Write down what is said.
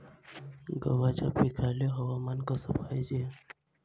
गव्हाच्या पिकाले हवामान कस पायजे?